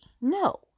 no